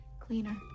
Cleaner